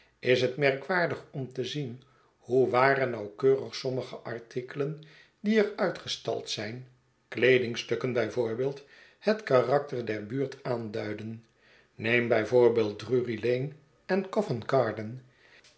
is het merkwaardig om te zien hoe waar en nauwkeurig sommige artikelen die er uitgestald zijn kleedingstukken bijvoorbeeld het karakter der buurt aanduiden neem bijvoorbeeld drurylane en